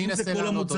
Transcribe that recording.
האם אלה כל המוצרים?